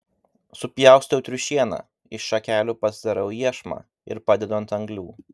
supjaustau triušieną iš šakelių pasidarau iešmą ir padedu ant anglių